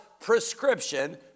prescription